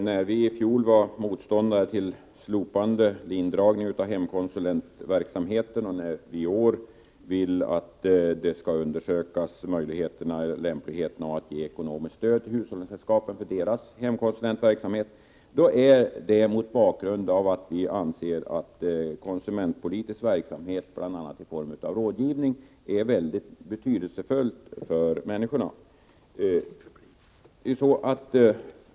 Herr talman! Vi i centerpartiet var i fjol motståndare till indragningen av hemkonsulentverksamheten, och vi vill i år att möjligheten undersöks att ge ekonomiskt stöd till hushållningssällskapen för deras hemkonsulentverksamhet. Vi föreslår detta mot bakgrund av att vi anser att konsumentpolitisk verksamhet bl.a. i form av rådgivning är mycket betydelsefull för människor.